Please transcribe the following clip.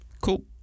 Cool